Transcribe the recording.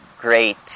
great